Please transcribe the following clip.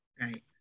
Right